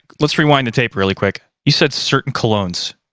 let's rewind the tape really quick. you said certain colognes.